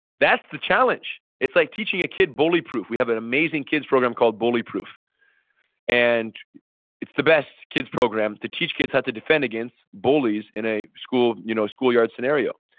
that's the challenge. it's like teaching a kid bully proof. we have an amazing kids program called bully proof and it's the best kids program to teach kids how to defend against bullies in a school you know school yard scenario.